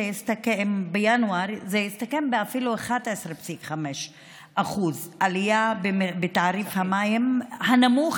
בינואר זה יסתכם אפילו ב-11.5% עלייה בתעריף המים הנמוך,